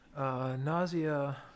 Nausea